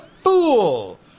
fool